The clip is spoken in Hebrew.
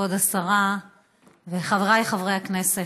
כבוד השרה וחבריי חברי הכנסת,